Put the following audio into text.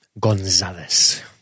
Gonzalez